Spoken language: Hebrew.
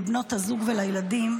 לבנות הזוג ולילדים,